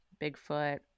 Bigfoot